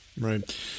Right